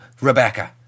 Rebecca